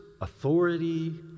authority